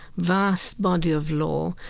vast body of law,